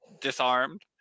disarmed